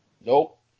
Nope